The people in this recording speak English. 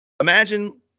imagine